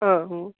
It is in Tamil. ஆ ம்